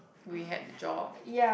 we had the job